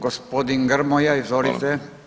Gospodin Grmoja, izvolite.